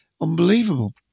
Unbelievable